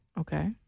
Okay